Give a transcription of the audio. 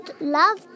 love